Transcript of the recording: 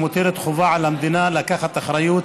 ומוטלת חובה על המדינה לקחת אחריות